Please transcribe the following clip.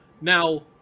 Now